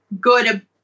good